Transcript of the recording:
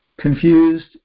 Confused